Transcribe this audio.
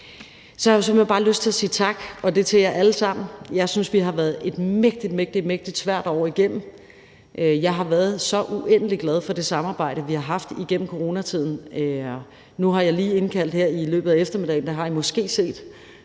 hen bare lyst til at sige tak til jer alle sammen. Jeg synes, at vi har været et mægtig, mægtig svært år igennem. Jeg har været så uendelig glad for det samarbejde, vi har haft igennem coronatiden. Nu har jeg lige indkaldt her i løbet af eftermiddagen – det har I måske set